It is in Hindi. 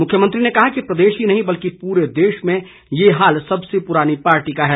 मुख्यमंत्री ने कहा कि प्रदेश ही नहीं बल्कि पूरे देश में ये हाल सबसे पुरानी पार्टी का है